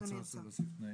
למה להוסיף תנאים?